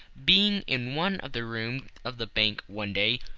being in one of the rooms of the bank one day,